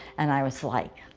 and i was like,